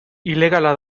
ilegala